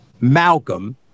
Malcolm